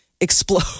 explode